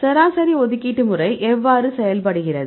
சராசரி ஒதுக்கீட்டு முறை எவ்வாறு செயல்படுகிறது